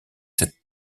cette